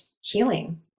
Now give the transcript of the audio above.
healing